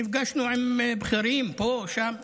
נפגשנו עם בכירים פה, שם.